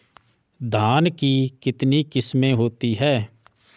धान की कितनी किस्में होती हैं?